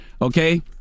Okay